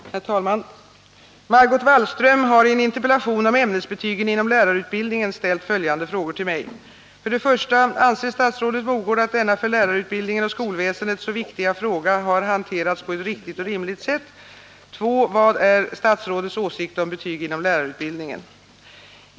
Herr talman! Margot Wallström har i en interpellation om ämnesbetygen inom lärarutbildningen ställt följande frågor till mig: 1. Anser statsrådet Mogård att denna för lärarutbildningen och skolväsendet så viktiga fråga har hanterats på ett riktigt och rimligt sätt? 2. Vad är statsrådets åsikt om betyg inom lärarutbildningen?